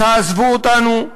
תעזבו אותנו,